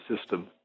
system